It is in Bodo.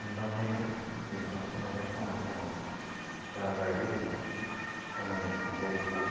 मोन्दांनायजों दिनै दंफां गायनाय खामानिखौ आङो दा गायबाय दङ दा आङो गयखौ